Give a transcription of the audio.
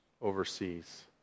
overseas